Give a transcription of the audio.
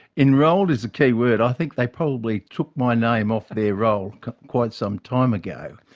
enrolled is the key word. i think they probably took my name off their role quite some time ago.